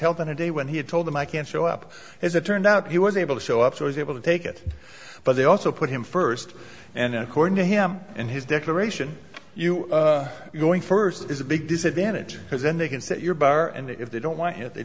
on a day when he had told them i can show up as it turned out he was able to show up he was able to take it but they also put him first and according to him and his declaration you're going first is a big disadvantage because then they can set your bar and if they don't want it they